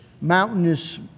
mountainous